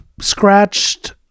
scratched